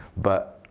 but